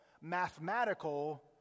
Mathematical